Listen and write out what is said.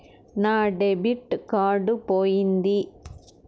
నా debit card పోయింది